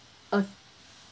uh